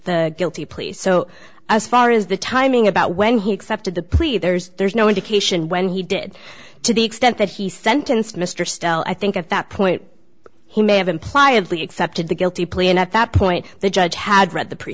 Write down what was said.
the guilty plea so as far as the timing about when he accepted the plea there's there's no indication when he did to the extent that he sentenced mr still i think at that point he may have imply of the accepted the guilty plea enough that point the judge had read the pre